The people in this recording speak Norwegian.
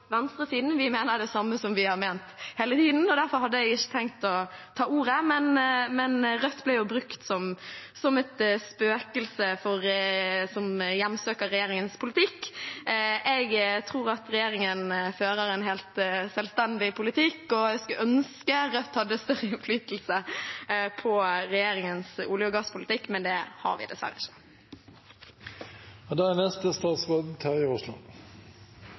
venstresiden, vi mener det samme vi har ment hele tiden. Derfor hadde jeg ikke tenkt å ta ordet, men Rødt ble brukt som et spøkelse som hjemsøker regjeringens politikk. Jeg tror regjeringen fører en helt selvstendig politikk. Jeg skulle ønske Rødt hadde større innflytelse på regjeringens olje- og gasspolitikk, men det har vi dessverre ikke. Jeg kan understreke det representanten sa akkurat nå. Rødt er